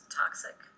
toxic